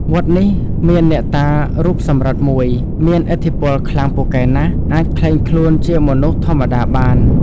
វត្តនេះមានអ្នកតារូបសំរឹទ្ធិមួយ មានឥទ្ធិពលខ្លាំងពូកែណាស់ អាចក្លែងខ្លួនជាមនុស្សធម្មតាបាន ។